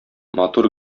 матур